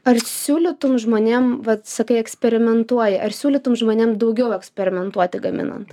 ar siūlytum žmonėm vat sakai eksperimentuoji ar siūlytum žmonėm daugiau eksperimentuoti gaminant